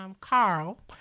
Carl